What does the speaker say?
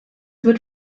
wird